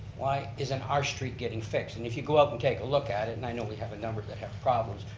why isn't our street getting fixed? and if you go up and take a look at it, and i know we have a number that have problems,